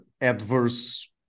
adverse